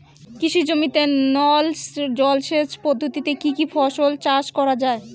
কৃষি জমিতে নল জলসেচ পদ্ধতিতে কী কী ফসল চাষ করা য়ায়?